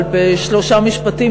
אבל בשלושה משפטים,